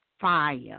Fire